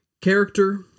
character